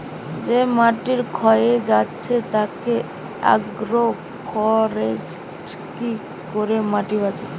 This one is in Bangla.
যে মাটি ক্ষয়ে যাচ্ছে তাতে আগ্রো ফরেষ্ট্রী করে মাটি বাঁচায়